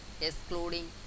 excluding